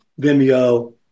Vimeo